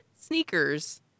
sneakers